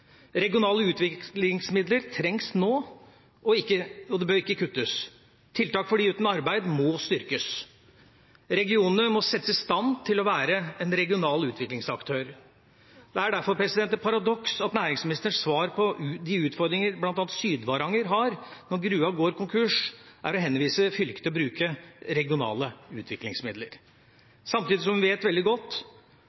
Regionale utviklingsmidler trengs nå, og det bør ikke kuttes. Tiltak for dem uten arbeid må styrkes. Regionene må settes i stand til å være en regional utviklingsaktør. Det er derfor et paradoks at næringsministerens svar på de utfordringene bl.a. Syd-Varanger har når gruva går konkurs, er å henvise fylket til å bruke regionale utviklingsmidler, samtidig som hun vet veldig godt